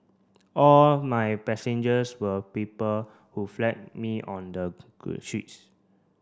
all my passengers were people who flagged me on the streets